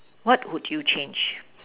what would you change